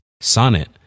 Sonnet